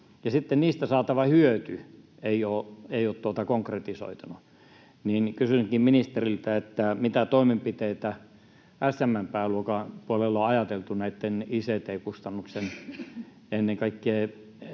niistä saatava hyöty ei ole konkretisoitunut. Kysynkin ministeriltä: mitä toimenpiteitä SM:n pääluokan puolella on ajateltu näitten ict-kustannusten ennen kaikkea